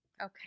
Okay